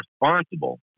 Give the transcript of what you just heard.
responsible